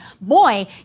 Boy